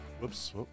whoops